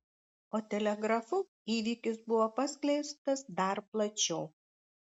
o telegrafu įvykis buvo paskleistas dar plačiau